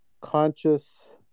Conscious